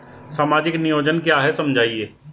सामाजिक नियोजन क्या है समझाइए?